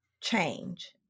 change